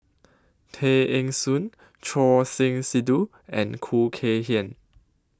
Tay Eng Soon Choor Singh Sidhu and Khoo Kay Hian